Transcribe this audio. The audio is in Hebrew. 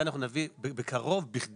אבל כמובן שאת זה אנחנו נביא בקרוב כדי